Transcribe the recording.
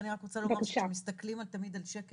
אני רק רוצה לומר שמסתכלים תמיד על שקף